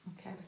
Okay